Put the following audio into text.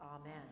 amen